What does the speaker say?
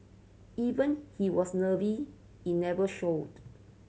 even he was nervy in never showed